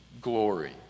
glory